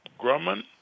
Grumman